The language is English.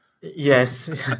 Yes